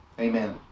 Amen